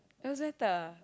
it was better